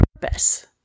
purpose